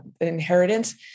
inheritance